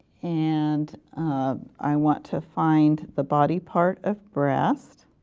and i want to find the body part of breast.